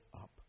up